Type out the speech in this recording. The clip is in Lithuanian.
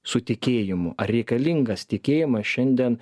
su tikėjimu ar reikalingas tikėjimas šiandien